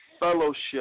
fellowship